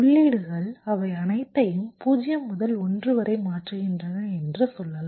உள்ளீடுகள் அவை அனைத்தையும் 0 முதல் 1 வரை மாற்றுகின்றன என்று சொல்லலாம்